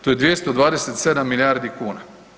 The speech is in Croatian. To je 227 milijardi kuna.